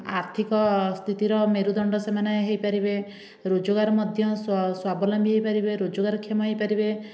ଆର୍ଥିକ ସ୍ଥିତିର ମେରୁଦଣ୍ଡ ସେମାନେ ହୋଇପାରିବେ ରୋଜଗାର ମଧ୍ୟ ସ୍ୱାବଲମ୍ବୀ ହୋଇପାରିବେ ରୋଜଗାରକ୍ଷମ ହୋଇପାରିବେ